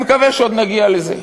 אני מקווה שעוד נגיע לזה.